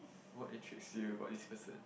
what interests you about this person